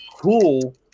cool